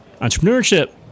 entrepreneurship